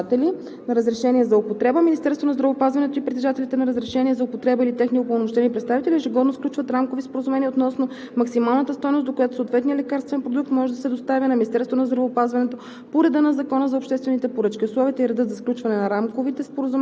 в което не участват лекарствени продукти на други притежатели на разрешение за употреба, Министерството на здравеопазването и притежателите на разрешение за употреба или техни упълномощени представители ежегодно сключват рамкови споразумения относно максималната стойност, до която съответният лекарствен продукт може да се доставя на Министерството на здравеопазването